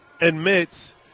admits